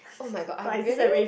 oh-my-god I really